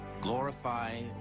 glorify